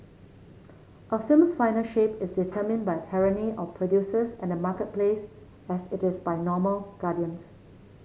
a film's final shape is determined by the tyranny of producers and the marketplace as it is by moral guardians